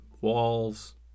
walls